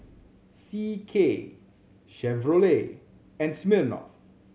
C K Chevrolet and Smirnoff